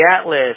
Atlas